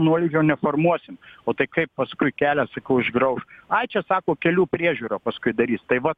nuolydžio neformuosim o tai kaip paskui kelią sakau išgrauš ai čia sako kelių priežiūra paskui darys tai va